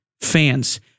fans